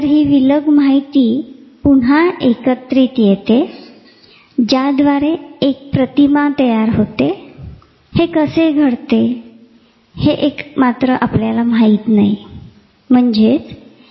तर हि संपूर्ण प्रतिमा आहे अनुकंपी आणि पराणूकपी चेतासंस्थेद्वारे इथे भावनिक वर्तन निर्माण होते इथे घाम नियंत्रित करणारे स्वायत्त वर्तन घडते डोळ्यांच्या बाहुल्या विस्फारतात पोटात खूप घडामोडी होतात घाम येतो शरीर थरथर कापू लागते तिथे संप्रेरकांची प्रतिक्रिया घडते कॅार्टीजोल किंवा ताण संप्रेरकामधे वाढ होते